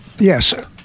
Yes